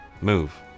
move